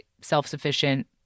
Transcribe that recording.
self-sufficient